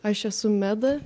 aš esu meda